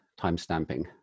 timestamping